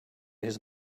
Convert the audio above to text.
his